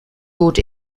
gut